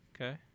okay